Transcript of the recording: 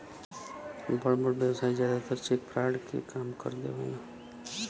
बड़ बड़ व्यवसायी जादातर चेक फ्रॉड के काम कर देवेने